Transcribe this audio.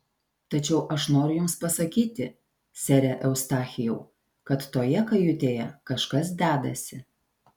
tačiau aš noriu jums pasakyti sere eustachijau kad toje kajutėje kažkas dedasi